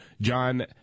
John